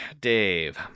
Dave